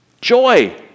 joy